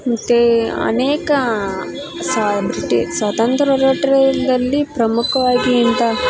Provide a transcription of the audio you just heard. ಮತ್ತು ಅನೇಕ ಸ್ವತಂತ್ರ ಹೋರಾಟಗಾರರಲ್ಲಿ ಪ್ರಮುಖವಾಗಿ ಅಂತ